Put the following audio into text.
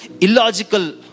Illogical